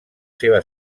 seva